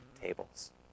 tables